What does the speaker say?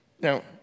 Now